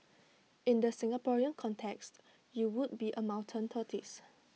in the Singaporean context you would be A mountain tortoise